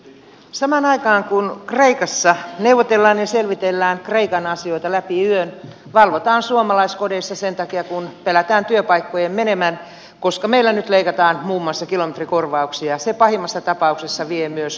samaan aikaan kun kreikassa neuvotellaan ja selvitellään kreikan asioita läpi yön valvotaan suomalaiskodeissa sen takia että pelätään työpaikkojen menevän koska meillä nyt leikataan muun muassa kilometrikorvauksia ja se pahimmassa tapauksessa vie myös työpaikat